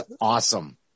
awesome